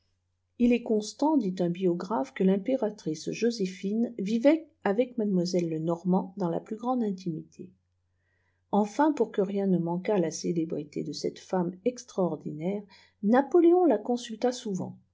il est constant dit un biographe que l'impératrice joséphine vivait avec mademoiselle lenormant dans fa plus grande intimité enfin pour que rien ne manquât à la célébrité de cotte femme extraordinaire napoléon la consulta souvent